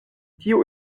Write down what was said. tiu